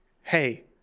hey